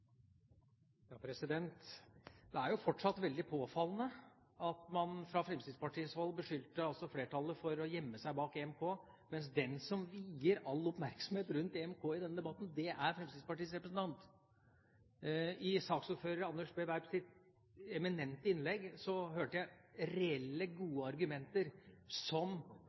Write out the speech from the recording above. Det er fortsatt veldig påfallende at man fra Fremskrittspartiets hold beskylder flertallet for å gjemme seg bak EMK, mens den som vier all oppmerksomhet til EMK i denne debatten, er Fremskrittspartiets representant. I saksordfører Anders B. Werps eminente innlegg hørte jeg reelle, gode argumenter som